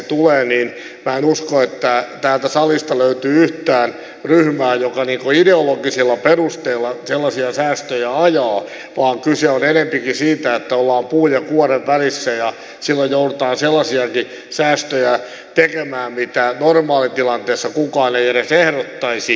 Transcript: minä en usko että täältä salista löytyy yhtään ryhmää joka ideologisilla perusteilla ajaa sellaisia säästöjä niitä jotka tämmöisen keskustelun kohteeksi tulevat vaan kyse on enempikin siitä että ollaan puun ja kuoren välissä ja silloin joudutaan sellaisiakin säästöjä tekemään mitä normaalitilanteessa kukaan ei edes ehdottaisi